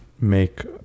make